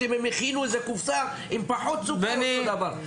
אם הם הכינו איזו קופסה עם פחות סוכר אותו דבר,